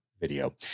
Video